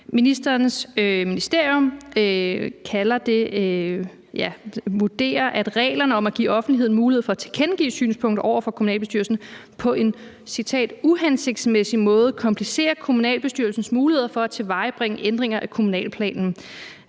Ministerens ministerium vurderer, at reglerne om at give offentligheden mulighed for at tilkendegive synspunkter over for kommunalbestyrelsen »på en uhensigtsmæssig måde komplicerer kommunalbestyrelsens muligheder for at tilvejebringe ændringer af kommuneplanen«.